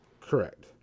Correct